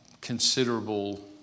considerable